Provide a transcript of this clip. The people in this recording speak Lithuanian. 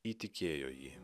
įtikėjo jį